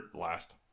last